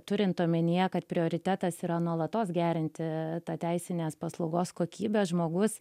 turint omenyje kad prioritetas yra nuolatos gerinti tą teisinės paslaugos kokybę žmogus